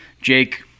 Jake